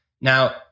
Now